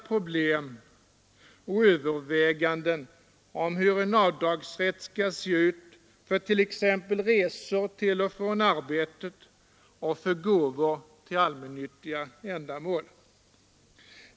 Problem och överväganden om hur en avdragsrätt skall se ut för t.ex. resor till och från arbetet och för gåvor till allmännyttiga ändamål är olika.